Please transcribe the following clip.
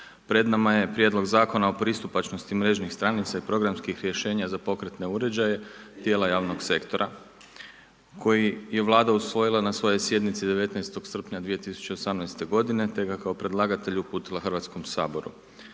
pred nama je prijedlog Zakona o pristupačnosti mrežnih stranica i programskih rješenja za pokretne uređaje tijela javnog sektora, kojeg je vlada usvojila na svojoj sjednici 19. srpnja 2018. g. te ga kao predlagatelja uputila Hrvatskom saboru.